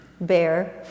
bear